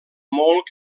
molt